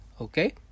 Okay